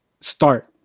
Start